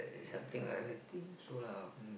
uh I think so lah